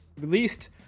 released